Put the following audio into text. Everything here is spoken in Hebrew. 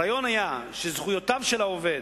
הרעיון היה שזכויותיו של העובד,